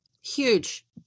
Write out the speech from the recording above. huge